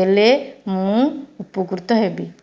ଦେଲେ ମୁଁ ଉପକୃତ ହେବି